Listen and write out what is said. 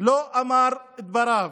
לא אמר את דבריו,